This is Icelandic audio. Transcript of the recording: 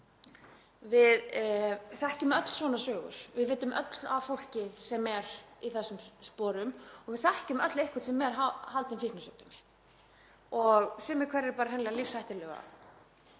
Við þekkjum öll svona sögur. Við vitum öll af fólki sem er í þessum sporum og við þekkjum öll einhvern sem er haldinn fíknisjúkdómi og sumir hverjir hreinlega lífshættulegum.